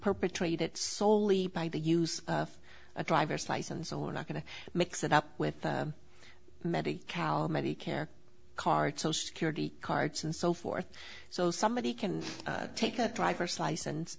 perpetrated soley by the use of a driver's license or not going to mix it up with medi cal medicare card social security cards and so forth so somebody can take that driver's licen